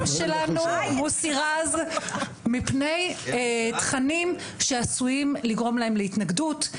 שלנו מפני תכנים שעשויים לגרום להם להתנגדות,